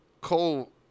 Cole